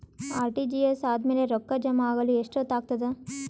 RTGS ಆದ್ಮೇಲೆ ರೊಕ್ಕ ಜಮಾ ಆಗಲು ಎಷ್ಟೊತ್ ಆಗತದ?